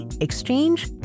exchange